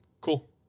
Cool